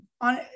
on